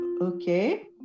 Okay